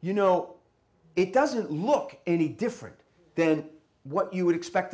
you know it doesn't look any different then what you would expect to